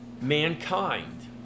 mankind